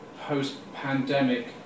post-pandemic